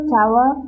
Tower